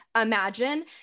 imagine